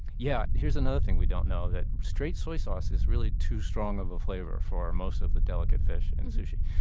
yeah here's another thing we don't know straight soy sauce is really too strong of a flavor for most of the delicate fish in sushi.